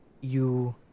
you-